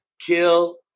kill